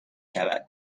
شود